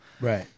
Right